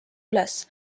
üles